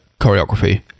choreography